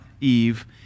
Eve